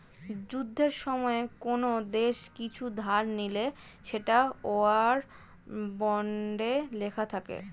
যুদ্ধের সময়ে কোন দেশ কিছু ধার নিলে সেটা ওয়ার বন্ডে লেখা থাকে